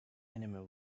enemy